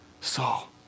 Saul